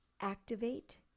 activate